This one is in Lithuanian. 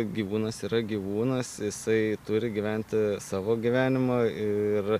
gyvūnas yra gyvūnas jisai turi gyventi savo gyvenimą ir